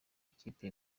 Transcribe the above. ikipe